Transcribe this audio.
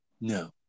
No